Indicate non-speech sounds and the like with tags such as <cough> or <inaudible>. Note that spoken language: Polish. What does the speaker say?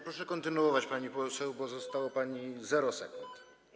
Proszę kontynuować, pani poseł, bo zostało pani <noise> 0 sekund.